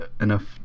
enough